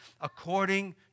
according